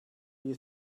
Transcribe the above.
you